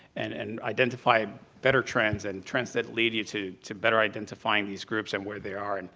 and and identify better trends and trends that lead you to to better identify and these groups, and where they are, and